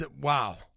wow